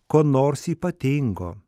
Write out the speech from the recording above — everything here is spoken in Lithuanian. ko nors ypatingo